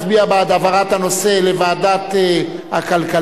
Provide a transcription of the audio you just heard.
מצביע בעד העברת הנושא לוועדת הכלכלה,